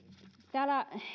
täällä